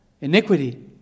Iniquity